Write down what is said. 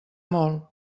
molt